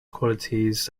qualities